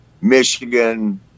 Michigan